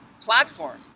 platform